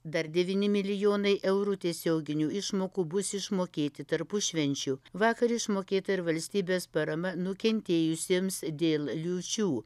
dar devyni milijonai eurų tiesioginių išmokų bus išmokėti tarpušvenčiu vakar išmokėta ir valstybės parama nukentėjusiems dėl liūčių